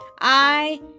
I